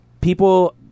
People